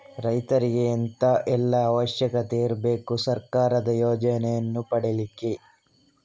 ರೈತರಿಗೆ ಎಂತ ಎಲ್ಲಾ ಅವಶ್ಯಕತೆ ಇರ್ಬೇಕು ಸರ್ಕಾರದ ಯೋಜನೆಯನ್ನು ಪಡೆಲಿಕ್ಕೆ?